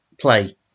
play